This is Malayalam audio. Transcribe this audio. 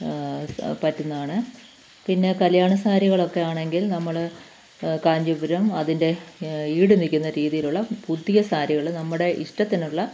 പറ്റുന്നതാണ് പിന്നെ കല്യാണസാരികളൊക്കെ ആണെങ്കിൽ നമ്മൾ കാഞ്ചീപുരം അതിന്റെ ഈട് നിൽക്കുന്ന രീതിയിലുള്ള പുതിയ സാരികൾ നമ്മുടെ ഇഷ്ടത്തിനുള്ള